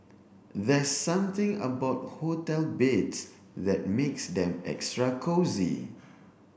there's something about hotel beds that makes them extra cosy